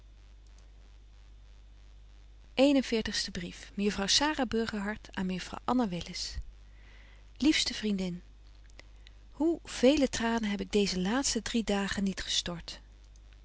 veertigste brief mejuffrouw sara burgerhart aan mejuffrouw anna willis liefste vriendin hoe vele tranen heb ik in deeze laatste drie dagen niet gestort